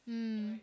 mm